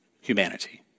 humanity